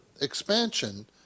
expansion